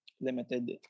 limited